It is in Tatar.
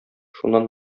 шуннан